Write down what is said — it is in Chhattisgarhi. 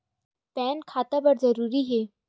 पैन खाता बर जरूरी हे?